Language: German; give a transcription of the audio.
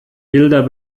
bilder